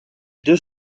deux